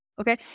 okay